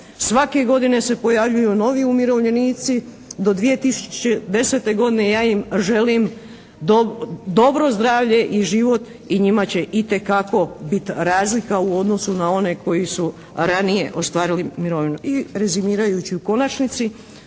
svake godine se pojavljuju novi umirovljenici. Do 2010. godine ja im želim dobro zdravlje i život i njima će itekako bit razlika u odnosu na one koji su ranije ostvarili mirovinu.